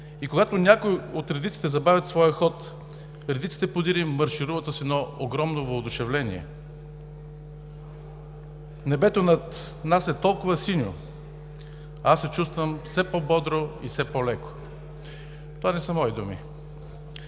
И когато някои от редиците забавят своя ход, редиците подире им маршируват с едно огромно въодушевление. Небето над нас е толкова синьо, аз се чувствам все по-бодро и все по-леко.“ Това не са мои думи.